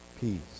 peace